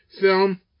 film